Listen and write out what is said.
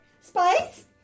spice